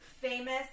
famous